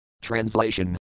Translation